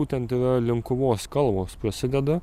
būtent yra linkuvos kalvos prasideda